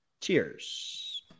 Cheers